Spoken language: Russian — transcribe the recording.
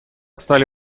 стали